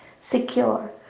secure